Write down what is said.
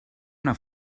una